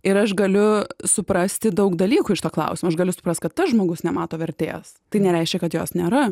ir aš galiu suprasti daug dalykų iš to klausimo aš galiu suprast kad tas žmogus nemato vertės tai nereiškia kad jos nėra